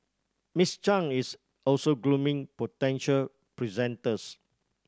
Miss Chang is also grooming potential presenters